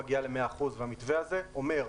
מגיעה ל-100 אחוזים והמתווה הזה אומר,